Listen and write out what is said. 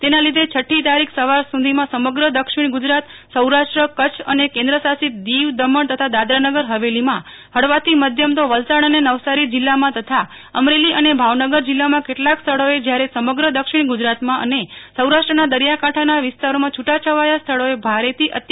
તેના લીધે છઠ્ઠી તારીખ સવાર સુધીમાં સમગ્ર દક્ષિણ ગુજરાત સૌરાષ્ટ્ર કચ્છ અને કેન્દ્ર શાસિત દીવ દમણ તથા દાદરાનગર હવેલીમાં હળવાથી મધ્યમ તો વલસાડ અને નવસારી જિલ્લામાં તથા અમરેલી અને ભાવનગર જિલ્લામાં કેટલાંક સ્થળોએ જ્યારે સમગ્ર દક્ષિણ ગુજરાતમાં અને સૌરાષ્ટ્રના દરિયાકાંઠાના વિસ્તારોમાં છૂટા છવાયાં સ્થળોએ ભારેથી અતિભારે વરસાદ થવાની વકી છે